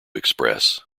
express